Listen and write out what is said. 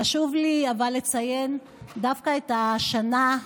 חשוב לי לציין דווקא את השנה,